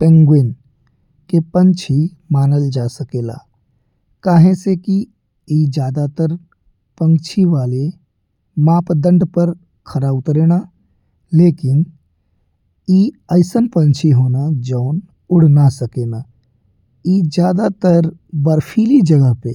Penguin के पंछी मानल जा सकेला काहे से कि ई ज़्यादातर पंखी वाले मापदंड पर खरा उतर ला। लेकिन ई अइसन पंछी हो ला जौन उड़ ना सकेला ई ज़्यादातर बर्फीली जगह पे